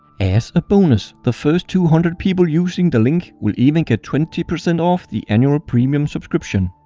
as a bonus the first two hundred people using the link will even get twenty percent off the annual premium subscription.